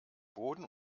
boden